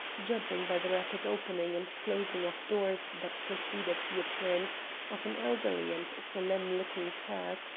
judging by the rapid opening and closing of doors that preceded the appearance of an elderly and solemn-looking turk,